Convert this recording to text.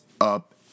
up